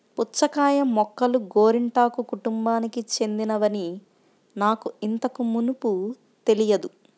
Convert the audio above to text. పుచ్చకాయ మొక్కలు గోరింటాకు కుటుంబానికి చెందినవని నాకు ఇంతకు మునుపు తెలియదు